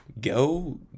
Go